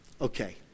Okay